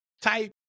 type